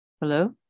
hello